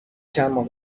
چندماه